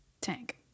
tank